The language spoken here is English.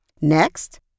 Next